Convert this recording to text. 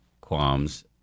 qualms